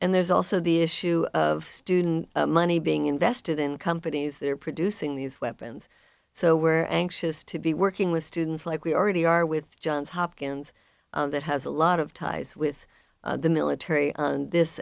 and there's also the issue of student money being invested in companies that are producing these weapons so we're anxious to be working with students like we already are with johns hopkins that has a lot of ties with the military and this